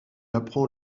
apprend